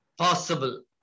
possible